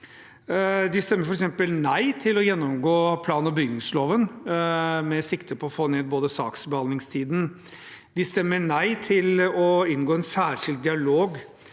De stemmer f.eks. nei til å gjennomgå plan- og bygningsloven med sikte på å få ned saksbehandlingstiden. De stemmer nei til å inngå en særskilt dialog